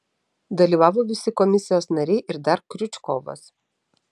dalyvavo visi komisijos nariai ir dar kriučkovas